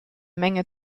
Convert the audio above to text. menge